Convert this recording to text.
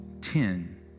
ten